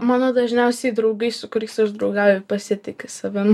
mano dažniausiai draugai su kuriais aš draugauju pasitiki savim